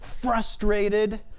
frustrated